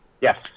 yes